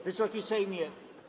Wysoki Sejmie!